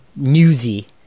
newsy